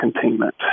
containment